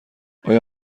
آیا